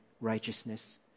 righteousness